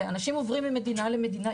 ואנשים עוברים ממדינה למדינה,